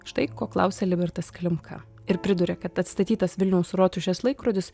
štai ko klausia libertas klimka ir priduria kad atstatytas vilniaus rotušės laikrodis